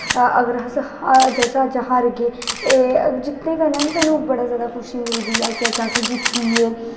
अगर अस अज्ज अस हारगे एह् जित्तने कन्नै बी सानूं बड़े जादा खुशी मिलदी ऐ कि अस जित्तियै